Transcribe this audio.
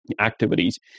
activities